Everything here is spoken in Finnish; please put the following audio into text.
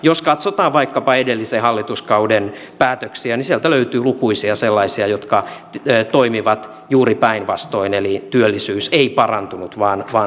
jos katsotaan vaikkapa edellisen hallituskauden päätöksiä niin sieltä löytyy lukuisia sellaisia jotka toimivat juuri päinvastoin eli työllisyys ei parantunut vaan heikkeni